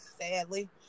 sadly